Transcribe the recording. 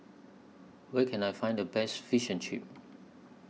Where Can I Find The Best Fish and Chips